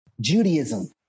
Judaism